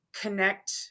connect